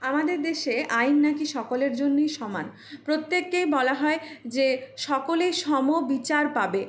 আমাদের দেশে আইন নাকি সকালের জন্যই সমান প্রত্যেককেই বলা হয় যে সকলেই সম বিচার পাবে